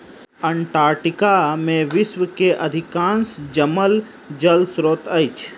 Antarctica में विश्व के अधिकांश जमल जल स्त्रोत अछि